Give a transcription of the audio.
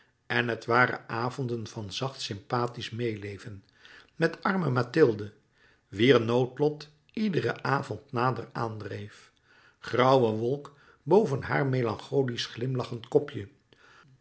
en het waren avonden van zacht sympathisch meêleven met arme mathilde wier noodlot iederen avond nader aandreef grauwe wolk boven haar melancholisch glimlachend kopje